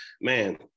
man